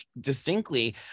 distinctly